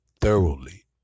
thoroughly